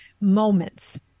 moments